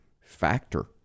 factor